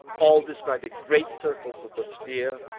all describing great circles of the sphere,